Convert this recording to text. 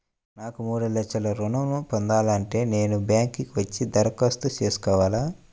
నాకు మూడు లక్షలు ఋణం ను పొందాలంటే నేను బ్యాంక్కి వచ్చి దరఖాస్తు చేసుకోవాలా?